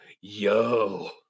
yo